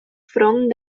front